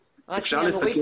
אפשר?